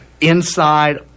inside